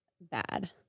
bad